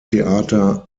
theater